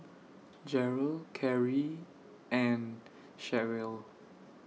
Jeryl Karie and Cherrelle